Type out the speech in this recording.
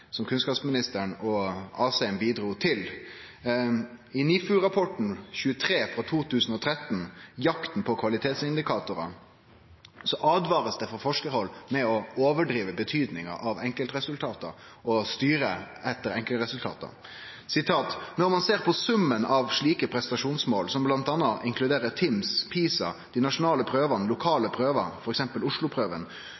som kunnskapsministeren og Asheim bidrog til. I NIFU-rapporten 23/2013, Jakten på kvalitetsindikatorene, blir det åtvara frå forskarhald mot å overdrive betydinga av enkeltresultat og å styre etter enkeltresultat: «Når man ser på summen av slike prestasjonsmål, som blant annet inkluderer TIMSS, PISA, de nasjonale prøvene,